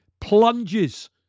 plunges